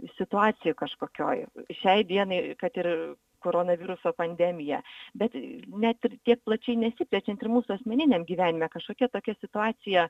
situacijoj kažkokioj šiai dienai kad ir koronaviruso pandemija bet net ir tiek plačiai nesiplečiant ir mūsų asmeniniam gyvenime kažkokia tokia situacija